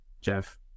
Jeff